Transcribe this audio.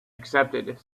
accepted